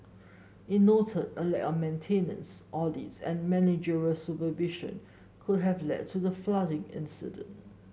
it noted a lack of maintenance audits and managerial supervision could have led to the flooding incident